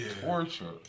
torture